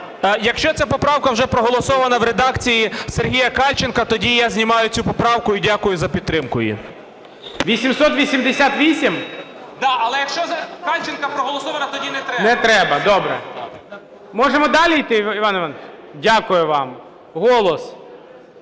Якщо ця поправка вже проголосована в редакції Сергія Кальченка, тоді я знімаю цю поправку, і дякую за підтримку її. ГОЛОВУЮЧИЙ. 888? КРУЛЬКО І.І. Так. Але якщо Кальченка проголосована, тоді не треба. ГОЛОВУЮЧИЙ. Не треба, добре. Можемо далі йти, Іван Іванович? Дякую вам. "Голос".